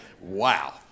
Wow